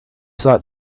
thought